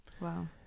wow